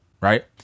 right